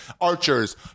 Archers